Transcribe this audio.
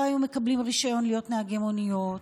היו מקבלים רישיון להיות נהגי מוניות,